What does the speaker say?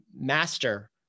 master